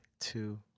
two